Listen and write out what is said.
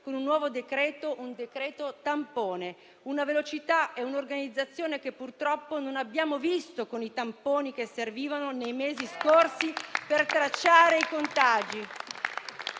con un nuovo decreto, un decreto tampone: una velocità e un'organizzazione che, purtroppo, non abbiamo visto con i tamponi che servivano nei mesi scorsi per tracciare i contagi.